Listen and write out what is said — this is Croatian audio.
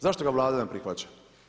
Zašto ga Vlada ne prihvaća?